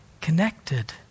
connected